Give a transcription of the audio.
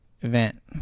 event